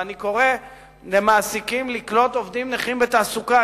ואני קורא למעסיקים לקלוט עובדים נכים בתעסוקה,